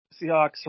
Seahawks